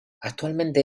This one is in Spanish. actualmente